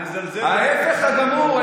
חלילה, ההפך הגמור.